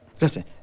listen